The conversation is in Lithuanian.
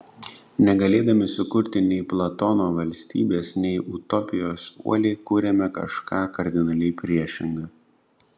negalėdami sukurti nei platono valstybės nei utopijos uoliai kuriame kažką kardinaliai priešinga